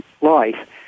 life